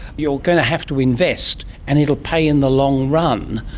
you're going to have to invest and it'll pay in the long run.